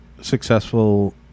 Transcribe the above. successful